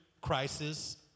crisis